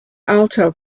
alto